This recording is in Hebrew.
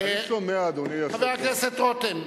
אני שומע, אדוני היושב-ראש, חבר הכנסת רותם.